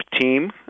team